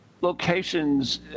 locations